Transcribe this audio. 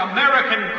American